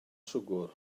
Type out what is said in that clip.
siwgr